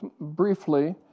briefly